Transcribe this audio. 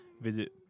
Visit